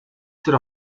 тэр